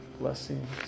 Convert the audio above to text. blessings